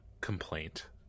complaint